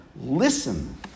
listen